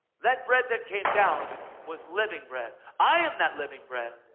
that bread that came down was living bread. i am that living bread.